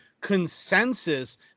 consensus